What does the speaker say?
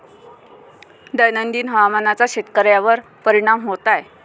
दैनंदिन हवामानाचा शेतकऱ्यांवर परिणाम होत आहे